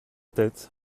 tête